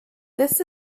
this